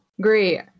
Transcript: Great